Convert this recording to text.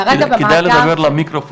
כרגע נרשמו במאגר של